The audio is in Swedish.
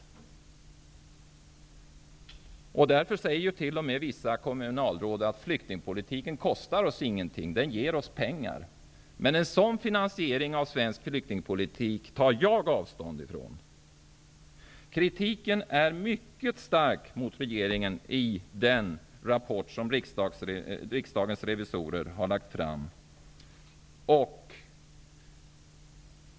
Vissa kommunalråd säger t.o.m. att ''flyktingpolitiken kostar ingenting, den ger oss pengar''. Men en sådan finansiering från svensk flyktingpolitik tar jag avstånd från. Kritiken är mycket stark mot regeringen i den rapport som riksdagsrevisorerna har lagt fram.